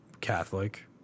Catholic